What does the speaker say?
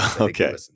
Okay